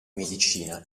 medicina